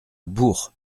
bourg